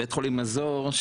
בית חולים מזור,